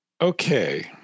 Okay